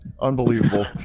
Unbelievable